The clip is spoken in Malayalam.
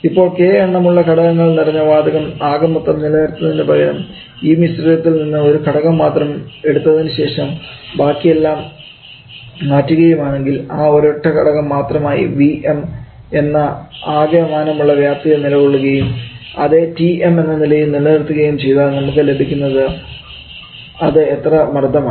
ഇപ്പോൾ k എണ്ണമുള്ള ഘടകങ്ങൾ നിറഞ്ഞ വാതകം ആകെമൊത്തം നിലനിർത്തുന്നതിന് പകരം ഈ മിശ്രിതത്തിൽ നിന്നും ഒരു ഘടകം മാത്രം എടുത്തതിനുശേഷം ബാക്കിയെല്ലാം മാറ്റുകയും ആണെങ്കിൽ ആ ഒരൊറ്റ ഘടകം മാത്രമായി Vm എന്ന ആകെ മാനമുള്ള വ്യാപ്തിയിൽ നിലകൊള്ളുകയും അതേ Tm എന്ന താപനിലയിൽ നിലനിർത്തുകയും ചെയ്താൽ നമുക്കു ലഭിക്കുന്നത് അത് എത്ര മർദ്ദമാണ്